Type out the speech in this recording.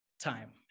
time